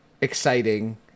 exciting